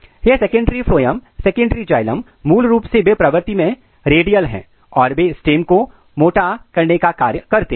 और यह secondary phloem secondary xylem मूल रूप से वे प्रकृति में रेडियल हैं और वे स्टेम को मोटा करने का कार्य करते हैं